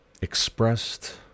expressed